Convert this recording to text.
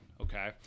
okay